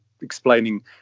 explaining